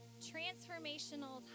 transformational